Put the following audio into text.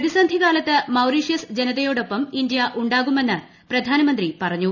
പ്രതിസന്ധി കാലത്ത് മൌറീഷ്യസ് ജനതയോടൊപ്പം ഇന്ത്യ ഉണ്ടാകുമെന്ന് പ്രധാനമന്ത്രി പറഞ്ഞു